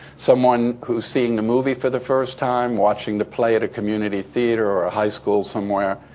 someone who's seeing the movie for the first time, watching the play at a community theater or a high school somewhere,